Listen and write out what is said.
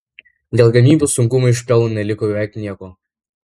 dėl gamybos sunkumų iš pelno neliko beveik nieko